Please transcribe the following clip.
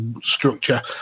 structure